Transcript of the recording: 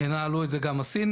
ינהלו את זה גם הסינים,